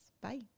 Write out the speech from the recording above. Bye